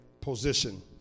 position